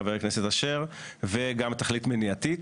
חבר הכנסת אשר, וגם תכלית מניעתית.